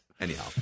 Anyhow